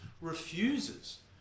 refuses